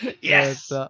Yes